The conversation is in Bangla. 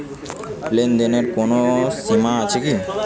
লেনদেনের কোনো সীমা আছে কি?